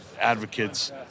advocates